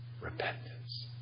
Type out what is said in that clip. Repentance